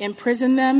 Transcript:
imprison them